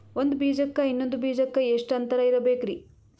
ಒಂದ್ ಬೀಜಕ್ಕ ಇನ್ನೊಂದು ಬೀಜಕ್ಕ ಎಷ್ಟ್ ಅಂತರ ಇರಬೇಕ್ರಿ?